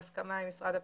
ובהסכמה עם משרד הפנים.